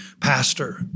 pastor